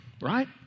right